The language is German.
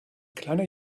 kleiner